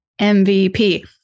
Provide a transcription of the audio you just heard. MVP